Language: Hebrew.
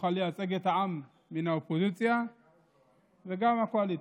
שנוכל לייצג את העם מן האופוזיציה וגם מהקואליציה.